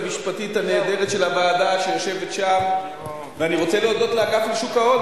הממונה על שוק ההון,